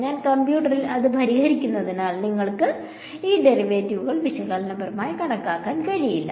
ഞാൻ കമ്പ്യൂട്ടറിൽ അത് പരിഹരിക്കുന്നതിനാൽ നിങ്ങൾക്ക് ഈ ഡെറിവേറ്റീവുകൾ വിശകലനപരമായി കണക്കാക്കാൻ കഴിയില്ല